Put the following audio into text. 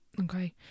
Okay